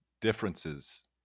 differences